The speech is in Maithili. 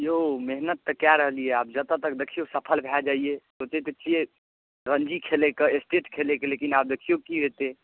यौ मेहनत तऽ कए रहलियै यऽ आब जतऽ तक देखिऔ सफल भए जैइयै सोचै तऽ छिऐ रण्जी खेलै के स्टेट खेलैके लेकिन आब देखिऔ की हेतै